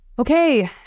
Okay